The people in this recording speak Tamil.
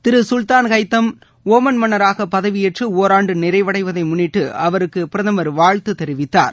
திரு சுல்தான் ஹைத்தம் ஓமன் மன்னராக பதவியேற்று ஓராண்டு நிறைவடைவதை முன்னிட்டு அவருக்கு பிரதமர் வாழ்த்து தெரிவித்தார்